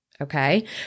okay